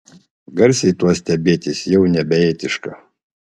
garsiai tuo stebėtis jau nebeetiška